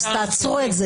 אז תעצרו את זה.